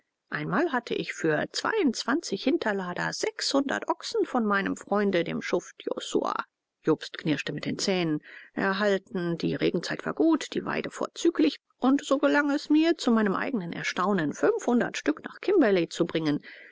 einmal hatte ich für zweiundzwanzig hinterlader sechshundert ochsen von meinem freunde dem schuft josua jobst knirschte mit den zähnen erhalten die regenzeit war gut die weide vorzüglich und so gelang es mir zu meinem eigenen erstaunen fünfhundert stück nach kimberley zu bringen